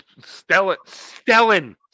Stellan